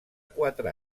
quatre